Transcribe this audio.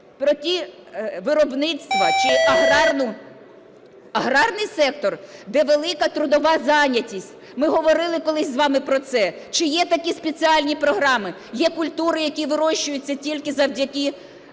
про ті виробництва чи аграрний сектор, де велика трудова зайнятість. Ми говорили колись з вами про це. Чи є такі спеціальні програми? Є культури, які вирощуються тільки завдяки праці